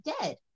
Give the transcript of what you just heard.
dead